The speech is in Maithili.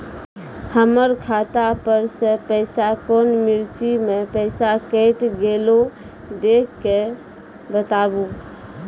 हमर खाता पर से पैसा कौन मिर्ची मे पैसा कैट गेलौ देख के बताबू?